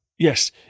Yes